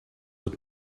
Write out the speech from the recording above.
het